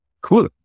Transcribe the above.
Cool